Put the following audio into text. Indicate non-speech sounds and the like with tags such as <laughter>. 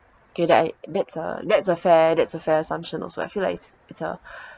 okay that I that's a that's a fair that's a fair assumption also I feel like it's it's a <breath>